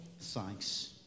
thanks